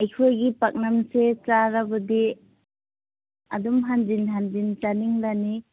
ꯑꯩꯈꯒꯣꯏꯒꯤ ꯄꯥꯛꯅꯝꯁꯦ ꯆꯥꯔꯕꯗꯤ ꯑꯗꯨꯝ ꯍꯟꯖꯤꯟ ꯍꯟꯖꯤꯟ ꯆꯅꯤꯡꯂꯅꯤ